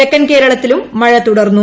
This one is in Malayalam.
തെക്കൻ കേരളത്തിലും മഴ തുടർന്നു